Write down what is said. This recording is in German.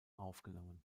aufgenommen